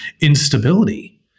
instability